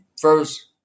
first